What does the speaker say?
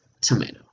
Tomato